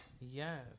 Yes